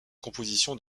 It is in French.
compositions